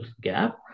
gap